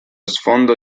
sfondo